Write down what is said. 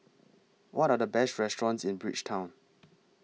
What Are The Best restaurants in Bridgetown